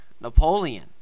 Napoleon